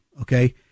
Okay